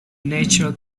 natural